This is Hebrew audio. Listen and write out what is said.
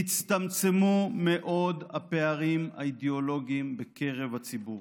הצטמצמו מאוד הפערים האידיאולוגיים בקרב הציבור.